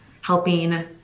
helping